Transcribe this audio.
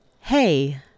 Hey